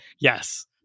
yes